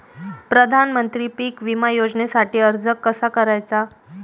प्रधानमंत्री पीक विमा योजनेसाठी अर्ज कसा करायचा?